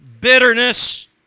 bitterness